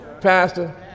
pastor